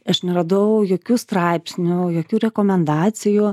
aš neradau jokių straipsnių jokių rekomendacijų